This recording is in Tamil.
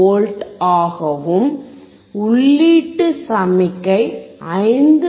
88V ஆகவும் உள்ளீட்டு சமிக்ஞை 5